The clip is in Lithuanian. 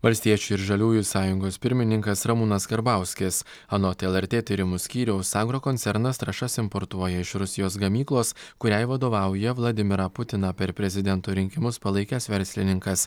valstiečių ir žaliųjų sąjungos pirmininkas ramūnas karbauskis anot lrt tyrimų skyriaus agrokoncernas trąšas importuoja iš rusijos gamyklos kuriai vadovauja vladimirą putiną per prezidento rinkimus palaikęs verslininkas